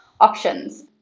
options